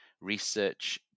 research